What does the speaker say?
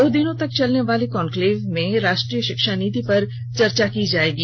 दो दिनों तक चलनेवाले कॉन्क्लेब में राष्ट्रीय शिक्षा नीति पर चर्चा की जायेगी